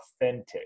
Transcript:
authentic